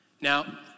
Now